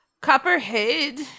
Copperhead